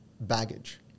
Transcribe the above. baggage